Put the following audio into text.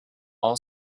all